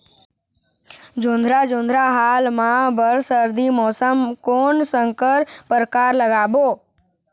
जोंधरा जोन्धरा हाल मा बर सर्दी मौसम कोन संकर परकार लगाबो?